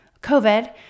COVID